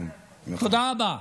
תודה רבה.